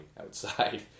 outside